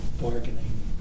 bargaining